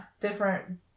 different